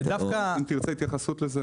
אם תרצה התייחסות על זה,